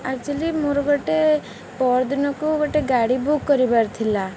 actually ମୋର ଗୋଟେ ପରଦିନକୁ ଗୋଟେ ଗାଡ଼ି ବୁକ୍ କରିବାର ଥିଲା